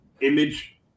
image